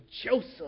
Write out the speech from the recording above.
Joseph